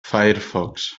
firefox